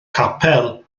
capel